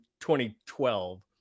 2012